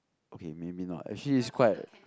okay maybe not actually is quite